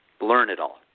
Learn-it-all